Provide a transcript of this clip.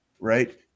right